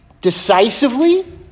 decisively